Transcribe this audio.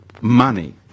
money